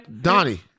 Donnie